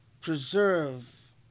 preserve